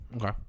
okay